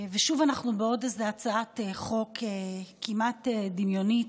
ושוב אנחנו בעוד איזו הצעת חוק כמעט דמיונית,